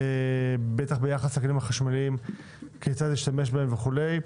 בטח ביחס לכלים החשמליים, כיצד להשתמש בהם וכולי.